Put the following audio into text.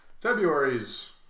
February's